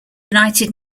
united